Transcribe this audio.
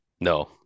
No